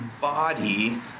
body